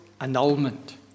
annulment